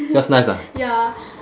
just nice ah